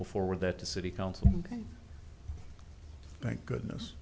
before that the city council thank goodness